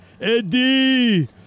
Eddie